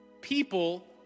People